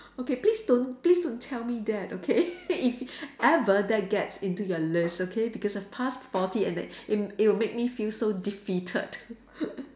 okay please don't please don't tell me that okay if ever that gets into your list okay because I've passed forty and that it it will make me feel so defeated